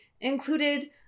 included